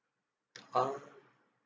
oh